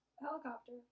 Helicopter